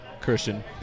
Christian